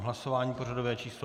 Hlasování pořadové číslo 279.